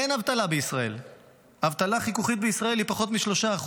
אין אבטלה בישראל, האבטלה החיכוכית בישראלי היא פחות מ-3%,